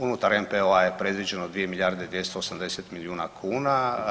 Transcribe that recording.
Unutar NPO-a je predviđeno 2 milijarde 280 miliona kuna.